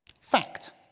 Fact